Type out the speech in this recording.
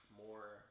more